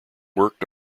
worked